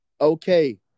Okay